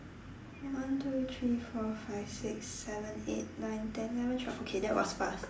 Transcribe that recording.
one two three four five six seven eight nine ten eleven twelve okay that was fast